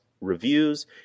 reviews